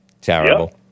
Terrible